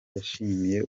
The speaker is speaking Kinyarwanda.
yashimiye